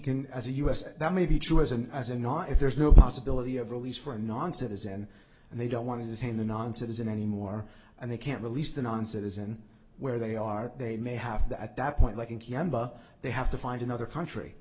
can as a u s that may be true as an as a not if there's no possibility of release for a non citizen and they don't want to detain the non citizen anymore and they can't release the non citizen where they are they may have to at that point like and they have to find another country